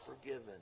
forgiven